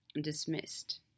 dismissed